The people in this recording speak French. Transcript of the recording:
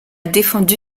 défendu